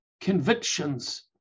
convictions